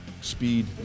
Speed